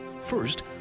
first